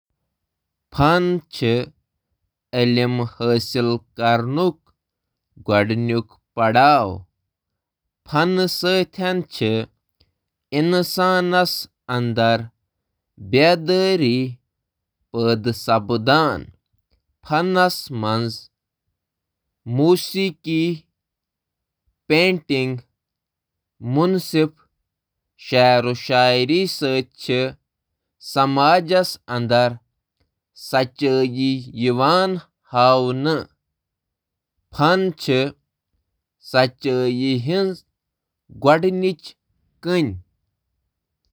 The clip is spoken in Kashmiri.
آ، فنس منٛز چُھ سچائی تلاش کرُن ممکن، مگر امہٕ سچٲئی ہنٛز نوعیت ہیکہٕ فن کہ قسم تہٕ فرد سنٛد نقطہٕ نظر کہ لحاظ سۭتۍ مختلف أستھ: